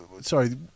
Sorry